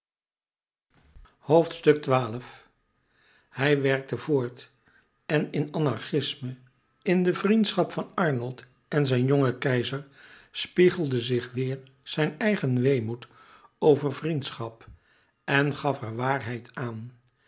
hij werkte voort en in anarchisme in de vriendschap van arnold en zijn jongen keizer spiegelde zich weêr zijn eigen weemoed over vriendschap en gaf er waarheid aan